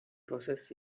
process